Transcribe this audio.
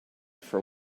for